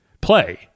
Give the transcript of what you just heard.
play